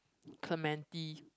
Clementi